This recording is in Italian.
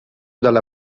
dalla